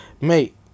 mate